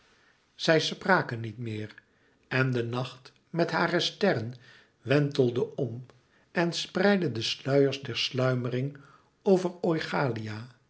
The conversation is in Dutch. zij spraken niet meer en de nacht met hare sterren wentelde om en spreidde de sluiers der sluimering over oichalia